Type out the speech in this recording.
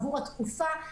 עבור התקופה.